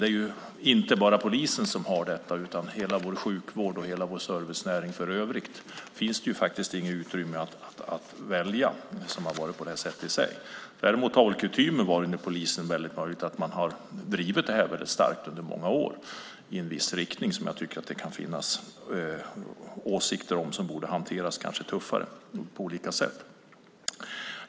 Det är inte bara polisen som har det så här, utan det gäller hela vår sjukvård och hela vår servicenäring för övrigt. Det finns inget utrymme att välja när det har varit så här. Däremot har väl kutymen inom polisen varit att man har drivit det här väldigt starkt under många år i en viss riktning, som jag tycker att det kan finnas åsikter om och som kanske borde hanteras tuffare på olika sätt.